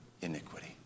iniquity